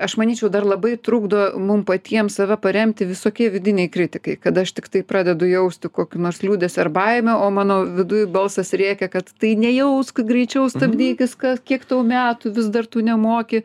aš manyčiau dar labai trukdo mum patiem save paremti visokie vidiniai kritikai kad aš tiktai pradedu jausti kokį nors liūdesį ar baimę o mano viduj balsas rėkia kad tai nejausk greičiau stabdytis kas kiek tau metų vis dar tu nemoki